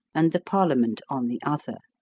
and the parliament on the other.